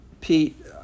Pete